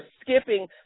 skipping